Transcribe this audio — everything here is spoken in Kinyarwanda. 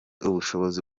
ubushobozi